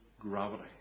gravity